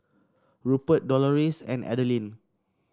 Rupert Dolores and Adelyn